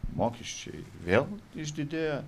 mokesčiai vėl išdidėjo